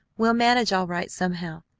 we'll manage all right somehow,